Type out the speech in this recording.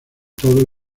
todo